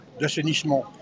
d'assainissement